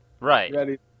Right